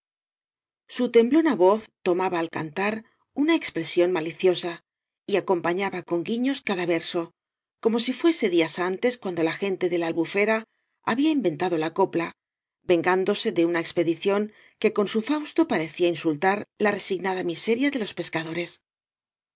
su temblona voz tomaba al cantar una expre bíón maliciosa y acompañaba con guiños cada verso como si fuese días antes cuando la gente de la albufera había inventado la copla vengándose de una expedición que con su fausto parecía insultar la resignada miseria de los pescadores